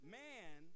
man